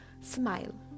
smile